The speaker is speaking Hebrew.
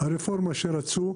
הרפורמה שרצו,